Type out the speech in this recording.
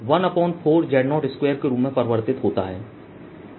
ध्यान दें कि यह 14Z02 के रूप में परिवर्तित होता है